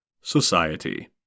SOCIETY